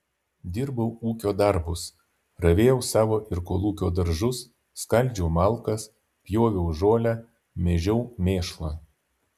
dirbau ūkio darbus ravėjau savo ir kolūkio daržus skaldžiau malkas pjoviau žolę mėžiau mėšlą